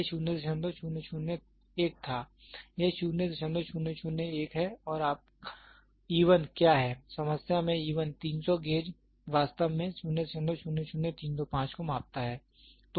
यह 0001 था यह 0001 है और आपका e 1 क्या है समस्या में e 1 300 गेज वास्तव में 000325 को मापता है